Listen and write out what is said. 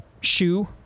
shoe